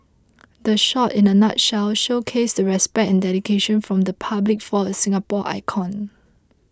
the shot in a nutshell showcased the respect and dedication from the public for a Singapore icon